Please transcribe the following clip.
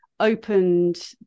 opened